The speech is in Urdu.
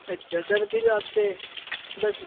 اچھا سر پھر آپ سے بس